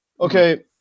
okay